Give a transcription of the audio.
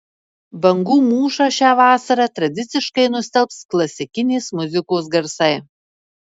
bangų mūšą šią vasarą tradiciškai nustelbs klasikinės muzikos garsai